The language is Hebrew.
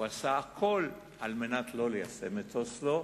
הוא עשה הכול כדי לא ליישם את אוסלו,